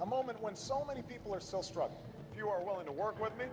a moment when so many people are so strong you are willing to work with me